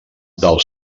del